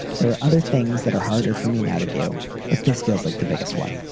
there are other things that are harder for me now to do, but this feels like the biggest one.